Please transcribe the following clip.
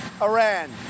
iran